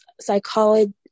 psychology